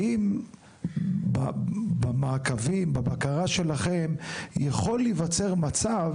האם במעקבים, בבקרה שלכם יכול להיווצר מצב